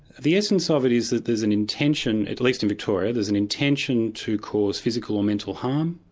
the essence of it is that there's an intention, at least in victoria, there's an intention to cause physical and mental harm,